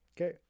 Okay